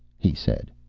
he said.